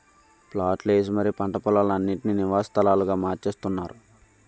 ప్లాట్లు ఏసి మరీ పంట పోలాలన్నిటీనీ నివాస స్థలాలుగా మార్చేత్తున్నారు